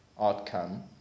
outcome